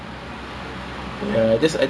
oh damn